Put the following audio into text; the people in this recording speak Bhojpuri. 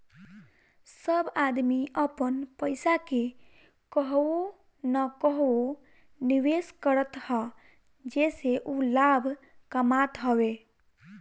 सब आदमी अपन पईसा के कहवो न कहवो निवेश करत हअ जेसे उ लाभ कमात हवे